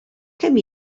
kemm